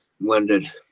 wondered